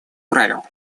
правил